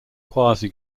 quasi